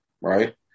Right